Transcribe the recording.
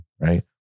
right